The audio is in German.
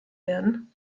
werden